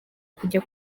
kujya